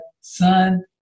son